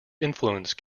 influence